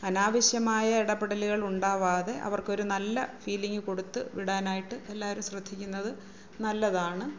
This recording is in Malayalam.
അനാവശ്യമായ ഇടപെടലുകൾ ഉണ്ടാവാതെ അവർക്കൊരു നല്ല ഫീലിംഗ് കൊടുത്ത് വിടാനായിട്ട് എല്ലാവരും ശ്രദ്ധിക്കുന്നത് നല്ലതാണ്